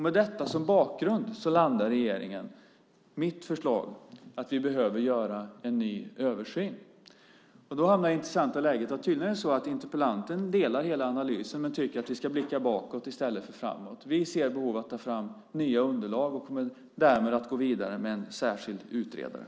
Med detta som bakgrund landar regeringen - det är mitt förslag - på att vi behöver göra en ny översyn. Då hamnar vi i det intressanta läget att interpellanten tydligen instämmer i hela analysen men tycker att vi ska blicka bakåt i stället för framåt. Vi ser behov av att ta fram nya underlag och kommer därmed att gå vidare med en särskild utredare.